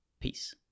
Peace